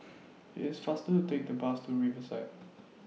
IT IS faster to Take The Bus to Riverside